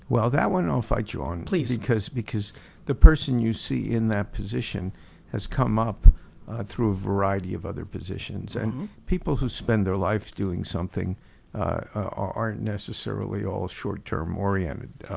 well that one i'll fight you on. please. because because the person you see in that position has come up through a variety of other positions. and people who spend their life doing something aren't necessarily all short term oriented.